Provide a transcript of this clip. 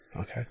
Okay